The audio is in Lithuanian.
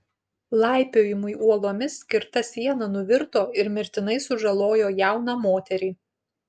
laipiojimui uolomis skirta siena nuvirto ir mirtinai sužalojo jauną moterį